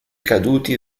caduti